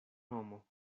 nomo